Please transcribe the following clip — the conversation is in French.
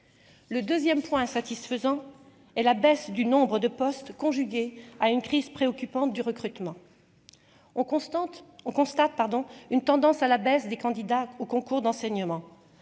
le 2ème point satisfaisant et la baisse du nombre de postes conjugué à une crise préoccupante du recrutement on constante, on constate, pardon, une tendance à la baisse des candidats au concours d'enseignement,